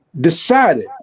decided